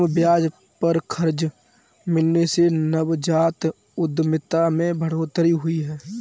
कम ब्याज पर कर्ज मिलने से नवजात उधमिता में बढ़ोतरी हुई है